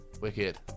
Wicked